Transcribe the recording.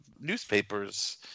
newspapers